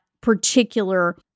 particular